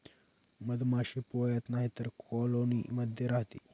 मधमाशी पोळ्यात नाहीतर कॉलोनी मध्ये राहते